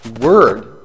word